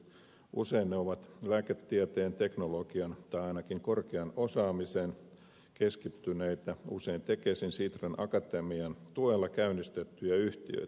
usein ne ovat lääketieteeseen teknologiaan tai ainakin korkeaan osaamiseen keskittyneitä usein tekesin sitran akatemian tuella käynnistettyjä yhtiöitä